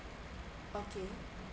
okay